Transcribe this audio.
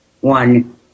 one